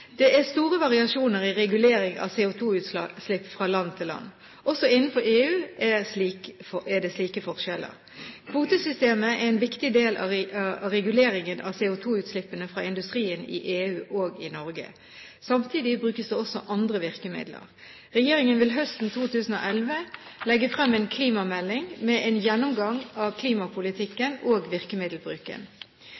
Det er store variasjoner i regulering av CO2-utslipp fra land til land. Også innenfor EU er det slike forskjeller. Kvotesystemet er en viktig del av reguleringen av CO2-utslippene fra industrien i EU og i Norge. Samtidig brukes det også andre virkemidler. Regjeringen vil høsten 2011 legge frem en klimamelding med en gjennomgang av